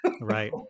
right